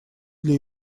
для